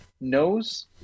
knows